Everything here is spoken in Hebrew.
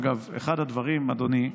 אגב, אחד הדברים שאני הגדרתי, אדוני,